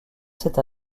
cette